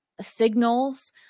signals